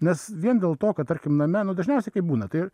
nes vien dėl to kad tarkim name nu dažniausiai taip būna tai